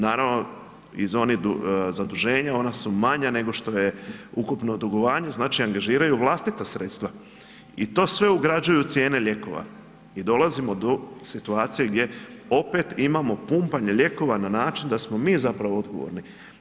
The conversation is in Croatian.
Naravno, iz onih zaduženja ona su manja nego što je ukupno dugovanje, znači angažiraju vlastita sredstva i to sve ugrađuju u cijene lijekova i dolazimo do situacije gdje opet imamo pumpanje lijekova na način da smo mi zapravo odgovorni.